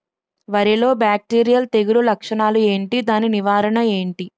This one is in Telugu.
వరి లో బ్యాక్టీరియల్ తెగులు లక్షణాలు ఏంటి? దాని నివారణ ఏంటి?